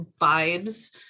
vibes